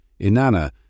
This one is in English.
Inanna